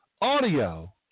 audio